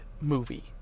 movie